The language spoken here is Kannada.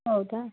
ಹೌದ